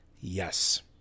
Yes